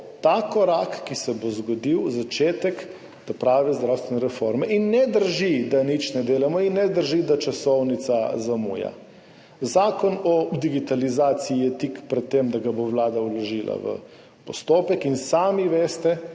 ta korak, ki se bo zgodil, začetek prave zdravstvene reforme. In ne drži, da nič ne delamo, in ne drži, da časovnica zamuja. Zakon o digitalizaciji je tik pred tem, da ga bo Vlada vložila v postopek in sami veste,